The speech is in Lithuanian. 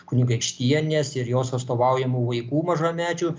kunigaikštienės ir jos atstovaujamų vaikų mažamečių